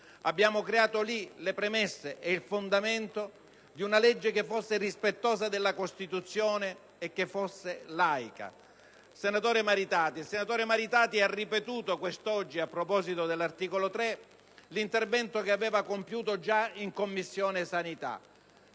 abbiamo creato le premesse e il fondamento di una legge che fosse rispettosa della Costituzione e laica. Il senatore Maritati ha ripetuto quest'oggi, a proposito dell'articolo 3, l'intervento da lui compiuto già oggi in Commissione Sanità: